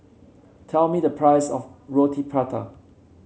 tell me the price of Roti Prata